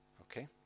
okay